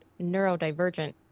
neurodivergent